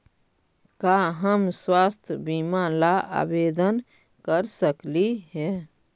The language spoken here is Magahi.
का हम स्वास्थ्य बीमा ला आवेदन कर सकली हे?